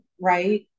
right